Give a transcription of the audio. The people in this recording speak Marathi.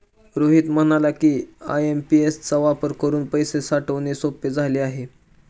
रोहित म्हणाला की, आय.एम.पी.एस चा वापर करून पैसे पाठवणे सोपे झाले आहे